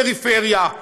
פריפריה?